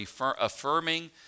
affirming